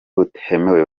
butemewe